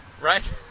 right